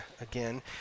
again